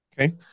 Okay